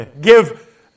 give